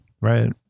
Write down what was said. Right